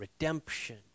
redemption